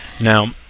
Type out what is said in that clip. now